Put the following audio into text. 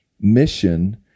mission